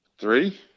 Three